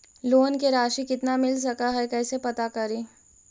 Loan के रासि कितना मिल सक है कैसे पता करी?